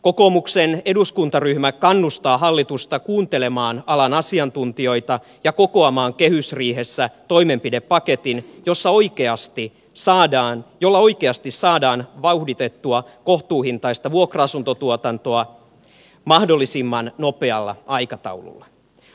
kokoomuksen eduskuntaryhmä kannustaa hallitusta kuuntelemaan alan asiantuntijoita ja kokoamaan kehysriihessä toimenpidepaketin jolla oikeasti saadaan vauhditettua kohtuuhintaista vuokra asuntotuotantoa mahdollisimman nopealla aikataululla